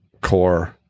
core